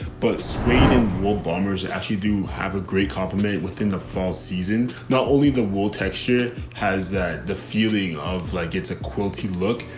but swaying in wolf bombers that actually do have a great compliment within the fall. season, not only the wool texture has that, the feeling of like it's a quilty look,